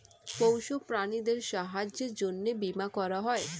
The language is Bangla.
পোষ্য প্রাণীদের স্বাস্থ্যের জন্যে বীমা করা হয়